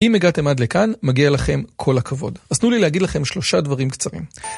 אם הגעתם עד לכאן, מגיע לכם כל הכבוד. אז תנו לי להגיד לכם שלושה דברים קצרים: